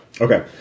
Okay